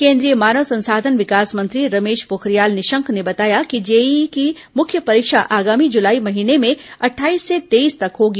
केन्द्रीय मानव संसाधन विकास मंत्री रमेश पोखरियाल निशंक ने बताया कि जेईई की मुख्य परीक्षा आगामी जूलाई महीने में अट्ठारह से तेईस तक होगी